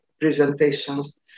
presentations